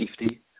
safety